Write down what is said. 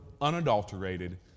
unadulterated